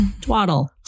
twaddle